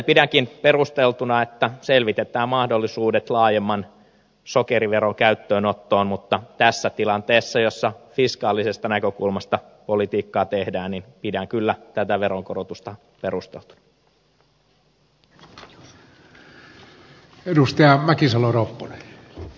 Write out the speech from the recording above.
pidänkin perusteltuna että selvitetään mahdollisuudet laajemman sokeriveron käyttöönottoon mutta tässä tilanteessa jossa fiskaalisesta näkökulmasta politiikkaa tehdään pidän kyllä tätä veronkorotusta perusteltuna